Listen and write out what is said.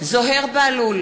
זוהיר בהלול,